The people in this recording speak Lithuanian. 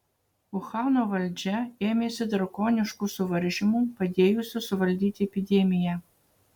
uhano valdžia ėmėsi drakoniškų suvaržymų padėjusių suvaldyti epidemiją